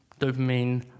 dopamine